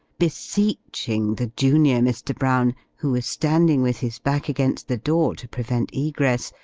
beseeching the junior mr. brown, who is standing with his back against the door, to prevent egress,